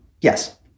Yes